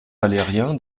valérien